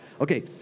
Okay